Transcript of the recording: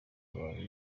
abantu